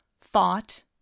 Thought